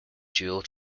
dual